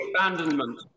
abandonment